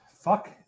fuck